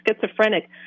schizophrenic